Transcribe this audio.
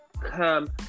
come